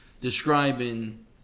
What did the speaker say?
describing